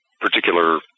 particular